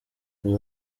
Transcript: uyu